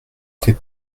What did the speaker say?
fait